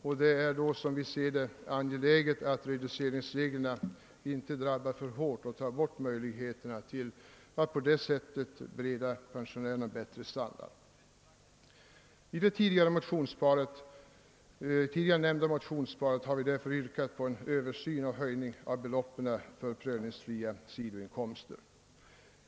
Enligt vår åsikt är det angeläget att reduceringsreglerna inte drabbar så hårt att de tar bort möjligheterna att genom höjda bostadstillägg bereda pensionärerna bättre standard. I det tidigare nämnda motionsparet har vi därför yrkat på en översyn och en höjning av beloppen för prövningsfria sidoinkomster.